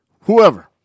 whoever